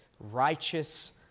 righteous